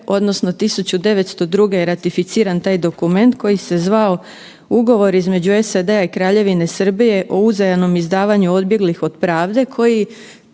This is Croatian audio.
odnosno 1902. je ratificiran taj dokument koji se zvao „Ugovor između SAD-a i Kraljevine Srbije o uzajamnom izdavanju odbjeglih od pravde“ koji,